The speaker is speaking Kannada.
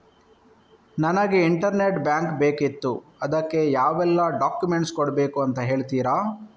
ನನಗೆ ಇಂಟರ್ನೆಟ್ ಬ್ಯಾಂಕ್ ಬೇಕಿತ್ತು ಅದಕ್ಕೆ ಯಾವೆಲ್ಲಾ ಡಾಕ್ಯುಮೆಂಟ್ಸ್ ಕೊಡ್ಬೇಕು ಅಂತ ಹೇಳ್ತಿರಾ?